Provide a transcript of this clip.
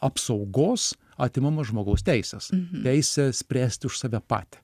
apsaugos atimama žmogaus teisės teisė spręsti už save patį